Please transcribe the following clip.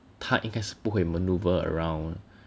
他应该是不会 manoeuvre around